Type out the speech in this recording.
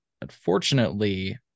unfortunately